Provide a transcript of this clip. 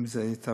אם זה יתאפשר,